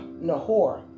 Nahor